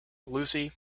lucy